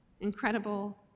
incredible